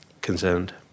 concerned